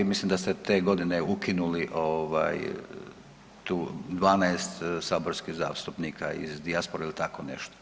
Mislim da ste te godine ukinuli 12 saborskih zastupnika iz dijaspore ili tako nešto.